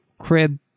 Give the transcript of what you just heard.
crib